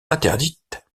interdite